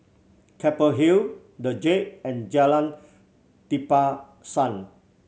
Keppel Hill The Jade and Jalan Tapisan